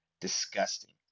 disgusting